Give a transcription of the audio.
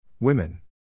Women